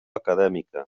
acadèmica